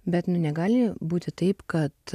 bet nu negali būti taip kad